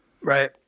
Right